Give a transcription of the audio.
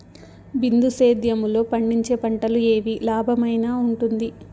బిందు సేద్యము లో పండించే పంటలు ఏవి లాభమేనా వుంటుంది?